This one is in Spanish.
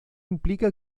implica